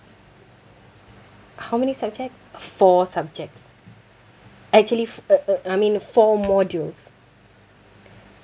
how many subjects four subjects actually uh uh I mean four modules